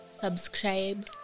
subscribe